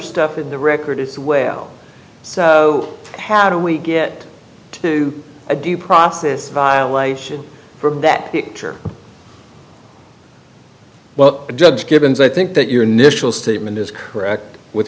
stuff in the record as well so how do we get to a due process violation from that picture well judge givens i think that your nischelle statement is correct w